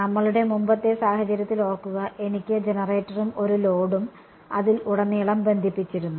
നമ്മളുടെ മുമ്പത്തെ സാഹചര്യത്തിൽ ഓർക്കുക എനിക്ക് ജനറേറ്ററും ഒരു ലോഡും അതിൽ ഉടനീളം ബന്ധിപ്പിച്ചിരുന്നു